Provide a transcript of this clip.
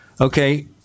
okay